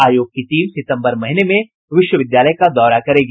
आयोग की टीम सितम्बर महीने में विश्वविद्यालय का दौरा करेगी